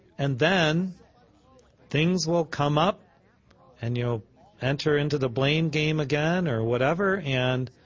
and then things will come up and you'll enter into the blame game again, or whatever. and